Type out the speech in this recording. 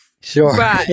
Sure